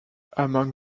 among